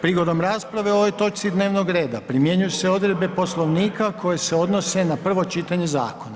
Prigodom rasprave o ovoj točci dnevnoga reda primjenjuju se odredbe Poslovnika koje se odnose na prvo čitanje zakona.